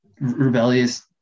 rebellious